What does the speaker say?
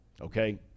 okay